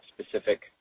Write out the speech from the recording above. specific